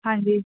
ਹਾਂਜੀ